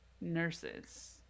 nurses